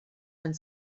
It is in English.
and